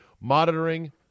monitoring